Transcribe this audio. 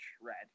shred